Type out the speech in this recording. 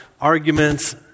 arguments